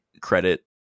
credit